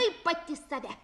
kaip pati save